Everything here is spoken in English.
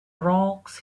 rocks